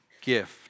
gift